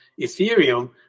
Ethereum